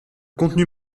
contenu